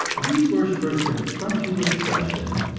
these worshippers confront you with the question,